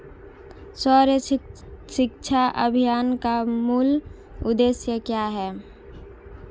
सर्व शिक्षा अभियान का मूल उद्देश्य क्या है?